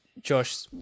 Josh